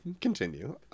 continue